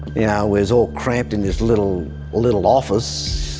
yeah was all cramped in this little ah little office,